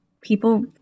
people